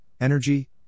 energy